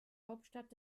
hauptstadt